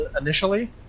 initially